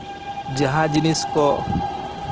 ᱡᱟᱦᱟᱸ ᱡᱤᱱᱤᱥ ᱠᱚ